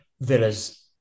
Villa's